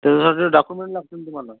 त्याच्यासाठी डाकुमेंट लागतील तुम्हाला